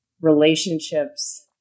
relationships